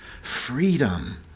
freedom